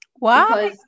Wow